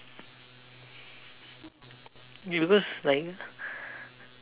ya because like